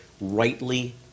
rightly